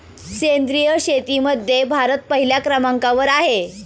सेंद्रिय शेतीमध्ये भारत पहिल्या क्रमांकावर आहे